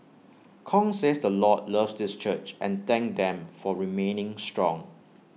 Kong says the Lord loves this church and thanked them for remaining strong